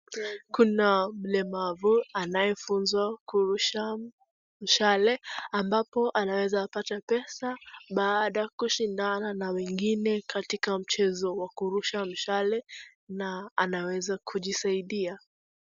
Kuna mlemavu anayefunzwa kurusha mshale ambapo anawezapata pesa baada ya kushindana na wengine katika mchezo wa kurusha mshale na anaweza kujisaidia.